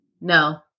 no